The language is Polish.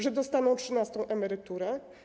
Że dostaną trzynastą emeryturę?